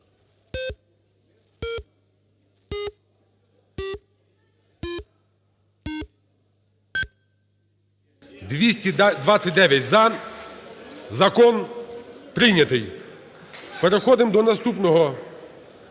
229 – за. Закон прийнятий. Переходимо до наступного